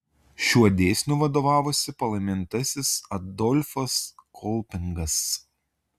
šiuo dėsniu vadovavosi palaimintasis adolfas kolpingas